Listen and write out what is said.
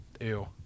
ew